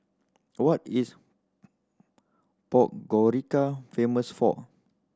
what is Podgorica famous for